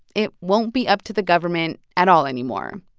it won't be up to the government at all anymore.